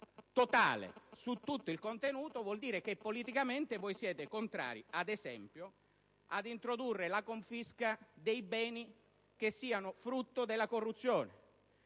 non lo si è, ciò vuol dire che politicamente voi siete contrari, ad esempio, ad introdurre la confisca dei beni che siano frutto della corruzione.